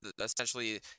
essentially